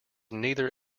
neither